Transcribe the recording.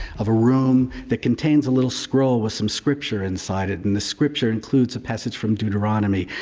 of a room that contains a little scroll with some scripture inside it. and the scripture includes a passage from deuteronomy,